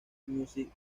music